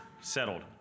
settled